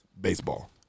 baseball